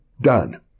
done